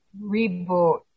reboot